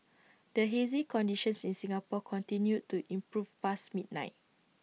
the hazy conditions in Singapore continued to improve past midnight